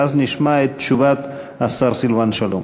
ואז נשמע את תשובת השר סילבן שלום.